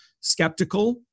skeptical